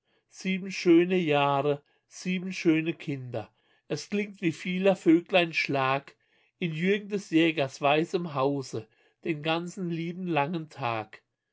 sieben schöne jahre sieben schöne kinder es klingt wie vieler vöglein schlag in jürgen des jägers weißem hause den ganzen lieben langen tag